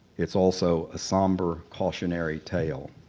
it's also a somber, cautionary tale.